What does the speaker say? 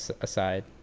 aside